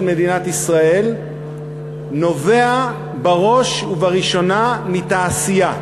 מדינת ישראל נובע בראש ובראשונה מהתעשייה,